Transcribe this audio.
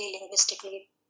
linguistically